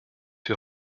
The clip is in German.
wir